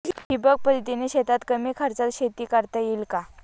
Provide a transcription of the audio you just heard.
ठिबक पद्धतीने शेतात कमी खर्चात शेती करता येईल का?